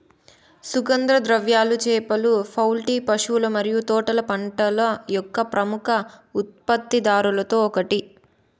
సుగంధ ద్రవ్యాలు, చేపలు, పౌల్ట్రీ, పశువుల మరియు తోటల పంటల యొక్క ప్రముఖ ఉత్పత్తిదారులలో ఒకటి